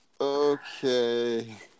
Okay